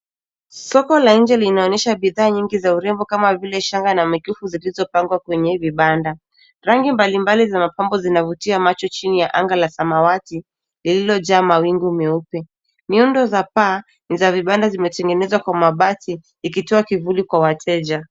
Soko la nje linaonyesha bidhaa nyingi za urembo, kama vile, shanga na mikufu, zilizopangwa kwenye vibanda. Rangi mbalimbali za mapambo zinavutia macho chini la anga la samawati, lililojaa mawingu meupe. Miundo za paa za vibanda, zimetengenezwa kwa mabati , ikitoa kivuli kwa wateja.